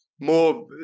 More